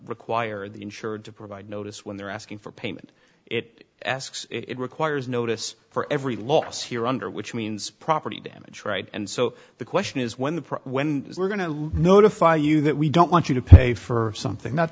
require the insured to provide notice when they're asking for payment it asks it requires notice for every loss here under which means property damage right and so the question is when the price when we're going to notify you that we don't want you to pay for something